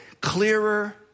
clearer